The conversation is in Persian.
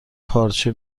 پارچه